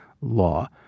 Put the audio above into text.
Law